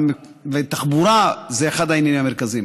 ותחבורה היא אחד העניינים המרכזיים.